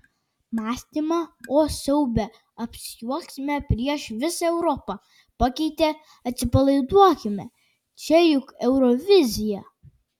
mąstymą o siaube apsijuoksime prieš visą europą pakeitė atsipalaiduokime čia juk eurovizija